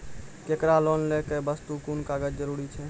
केकरो लोन लै के बास्ते कुन कागज जरूरी छै?